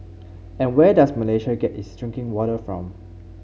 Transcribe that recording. and where does Malaysia get its drinking water from